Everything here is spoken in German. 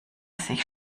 sich